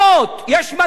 יש מצפון,